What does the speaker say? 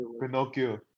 Pinocchio